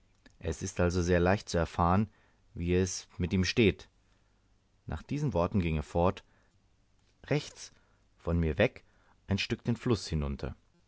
es ist also sehr leicht zu erfahren wie es mit ihm steht nach diesen worten ging er fort rechts von mir weg ein stück den fluß hinunter